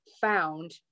found